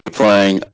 playing